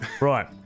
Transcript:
Right